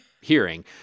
hearing